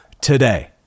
today